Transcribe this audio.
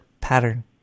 pattern